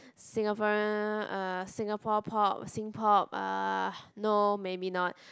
Singaporean uh Singapore pop Sing pop uh no maybe not